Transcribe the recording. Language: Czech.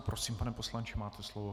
Prosím, pane poslanče, máte slovo.